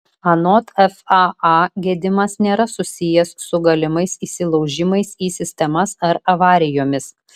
anot faa gedimas nėra susijęs su galimais įsilaužimais į sistemas ar avarijomis